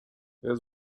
wer